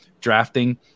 drafting